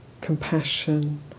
compassion